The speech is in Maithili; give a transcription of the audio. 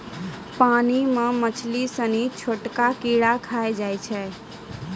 पानी मे मछली सिनी छोटका कीड़ा खाय जाय छै